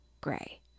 gray